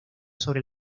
sobre